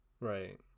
Right